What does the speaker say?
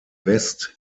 west